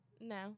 No